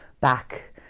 back